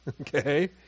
okay